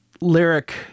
lyric